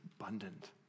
abundant